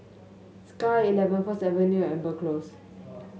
Sky at Eleven First Avenue and Amber Close